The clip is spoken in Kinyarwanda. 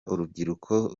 urubyiruko